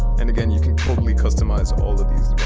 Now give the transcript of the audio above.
and again, you can totally customize all of these